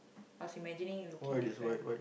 must imagining you looking different